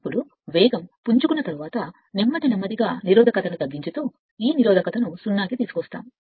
ఇప్పుడు ఆ తరువాత వేగం పుంజుకున్న తరువాత నెమ్మది నెమ్మదిగాగా నిరోధకత ను తగ్గించుతూ ఈ నిరోధకతను 0 కి తీసుకువస్తాను